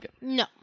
No